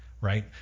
right